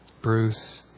Bruce